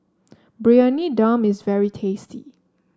Briyani Dum is very tasty